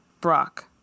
brock